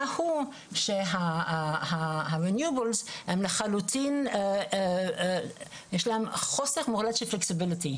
היא שלאנרגיות המתחדשות יש להם חוסר מוחלט של גמישות,